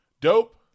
dope